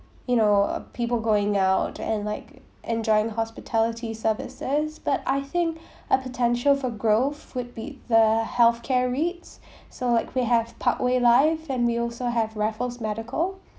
you know uh people going out and like enjoying hospitality services but I think a potential for growth would be the health care REITs so like we have parkway life and we also have raffles medical